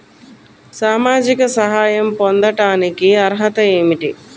సామాజిక సహాయం పొందటానికి అర్హత ఏమిటి?